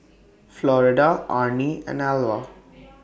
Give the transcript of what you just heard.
Florida Arnie and Alvah